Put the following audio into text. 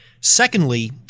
Secondly